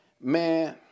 Man